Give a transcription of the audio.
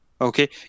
Okay